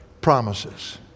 promises